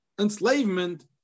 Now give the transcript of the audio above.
enslavement